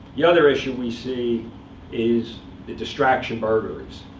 the other issue we see is the distraction burglaries,